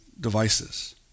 devices